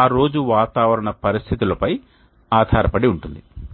ఆ రోజు వాతావరణ పరిస్థితుల పై ఆధారపడి ఉంటుంది